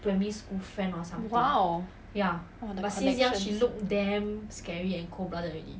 !wow! !whoa! the connections